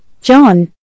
John